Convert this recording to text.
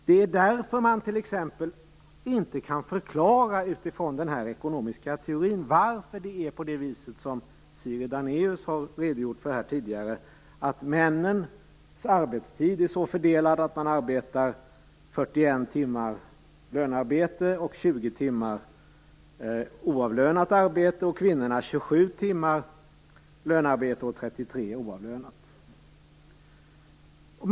Det är därför man utifrån den här ekonomiska teorin t.ex. inte kan förklara varför männen har 41 timmar lönearbete och 20 timmar oavlönat arbete, medan kvinnorna har 27 timmar lönearbete och 33 timmar oavlönat arbete. Detta redogjorde Sigrid Dannaeus för tidigare.